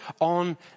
on